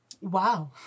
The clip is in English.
Wow